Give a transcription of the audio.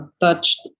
touched